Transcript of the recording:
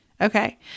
okay